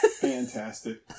fantastic